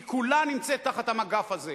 היא כולה נמצאת תחת המגף הזה.